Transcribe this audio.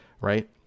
Right